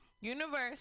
Universe